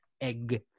egg